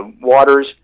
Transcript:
waters